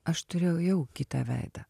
aš turėjau jau kitą veidą